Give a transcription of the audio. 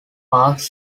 parks